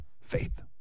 Faith